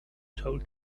told